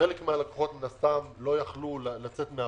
חלק מהלקוחות לא יכלו לצאת מהבתים.